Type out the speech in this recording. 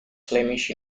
flemish